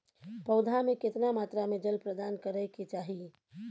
पौधा में केतना मात्रा में जल प्रदान करै के चाही?